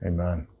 Amen